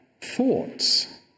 thoughts